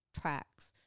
tracks